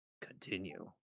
continue